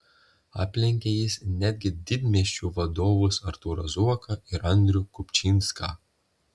aplenkė jis netgi didmiesčių vadovus artūrą zuoką ir andrių kupčinską